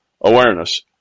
awareness